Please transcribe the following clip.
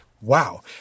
wow